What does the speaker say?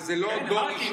וזה לא דור ראשון,